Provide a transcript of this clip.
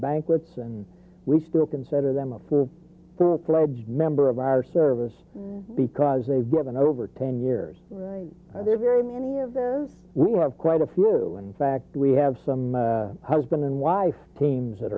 banquets and we still consider them a for the flubs member of our service because they've given over ten years right there very many of those we have quite a few in fact we have some husband and wife teams that